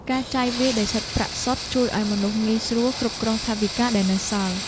ការចាយវាយដោយសាច់ប្រាក់សុទ្ធ ជួយឱ្យមនុស្សងាយស្រួលគ្រប់គ្រងថវិកាដែលនៅសល់។